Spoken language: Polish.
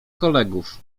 kolegów